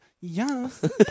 Yes